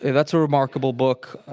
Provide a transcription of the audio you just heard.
that's a remarkable book.